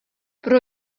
pro